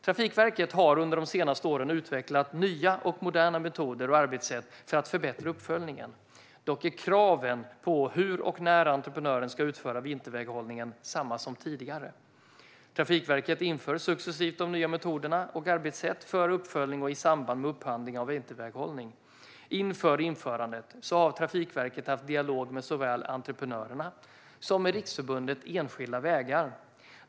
Trafikverket har under de senaste åren utvecklat nya och moderna metoder och arbetssätt för att förbättra uppföljningen. Dock är kraven på hur och när entreprenören ska utföra vinterväghållningen desamma som tidigare. Trafikverket inför successivt dessa nya metoder och arbetssätt för uppföljning i samband med upphandlingar av vinterväghållning. Inför införandet har Trafikverket haft dialog med såväl entreprenörerna som Riksförbundet enskilda vägar.